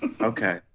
okay